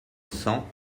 cent